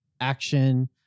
action